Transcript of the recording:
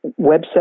website